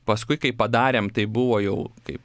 paskui kai padarėm tai buvo jau taip